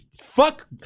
Fuck